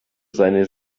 seine